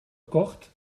kocht